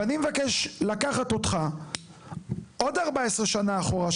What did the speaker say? ואני מבקש לקחת אותך עוד 14 שנה אחורה,